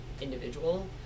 individual